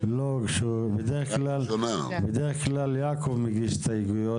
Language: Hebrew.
-- בדרך כלל יעקב מגיש הסתייגויות,